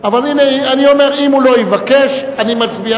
אבל אני אומר, אם הוא לא יבקש, נצביע.